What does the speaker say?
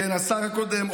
השר הקודם,